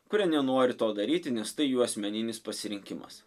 kurie nenori to daryti nes tai jų asmeninis pasirinkimas